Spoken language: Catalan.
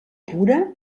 pura